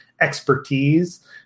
expertise